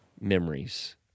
memories